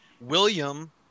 William